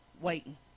Waiting